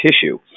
tissue